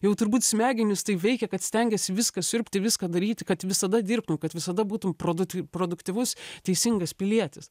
jau turbūt smegenys taip veikia kad stengiasi viską siurbti viską daryti kad visada dirbtum kad visada būtum produty produktyvus teisingas pilietis